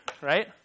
right